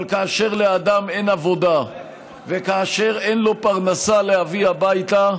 אבל כאשר לאדם אין עבודה וכאשר אין לו פרנסה להביא הביתה,